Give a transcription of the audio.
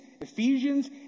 Ephesians